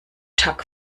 tuck